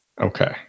Okay